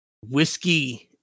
whiskey